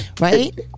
right